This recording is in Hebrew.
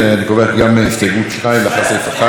אני קובע שגם הסתייגות 2, אחרי סעיף 1,